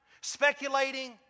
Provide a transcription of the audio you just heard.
speculating